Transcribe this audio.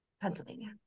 Pennsylvania